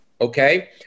Okay